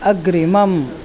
अग्रिमम्